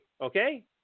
okay